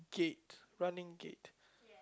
gate running gate